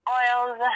oils